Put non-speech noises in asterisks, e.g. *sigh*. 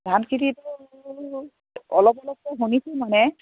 ধানখেতিটো *unintelligible* অলপ অলপকৈ শুনিছোঁ মানে